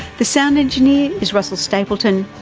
the sound engineer is russel stapleton.